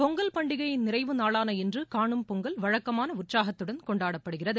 பொங்கல் பண்டிகையின் நிறைவு நாளான இன்று காணும் பொங்கல் வழக்கமான உற்சாகத்துடன் கொண்டாடப்படுகிறது